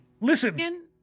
listen